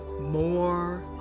more